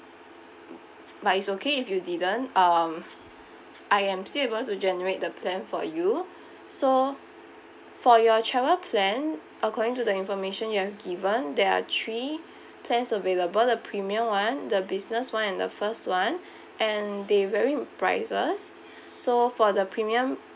but it's okay if you didn't um I am still able to generate the plan for you so for your travel plan according to the information you have given there are three plans available the premium one the business one and the first one and they vary in prices so for the premium